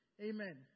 Amen